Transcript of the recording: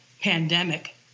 pandemic